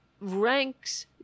ranks